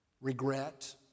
regret